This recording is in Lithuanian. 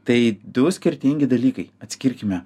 tai du skirtingi dalykai atskirkime